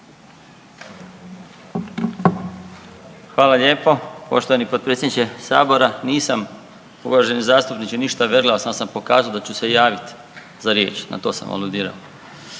Hvala lijepo poštovani potpredsjedničke sabora. Nisam uvaženi zastupniče ništa verglao samo sam pokazao da ću se javiti za riječ, na to sam aludirao.